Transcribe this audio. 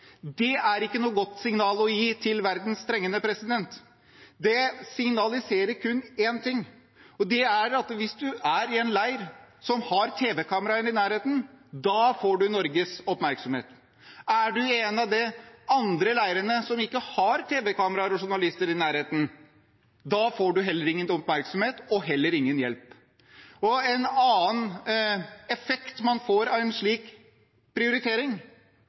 Det er ikke noe godt signal å gi til verdens trengende. Det signaliserer kun én ting, og det er at hvis du er i en leir som har tv-kameraer i nærheten, da får du Norges oppmerksomhet. Er du i en av de andre leirene, som ikke har tv-kameraer og journalister i nærheten, da får du ingen oppmerksomhet og heller ingen hjelp. En annen effekt man får av en slik prioritering,